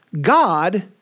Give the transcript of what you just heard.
God